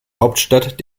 hauptstadt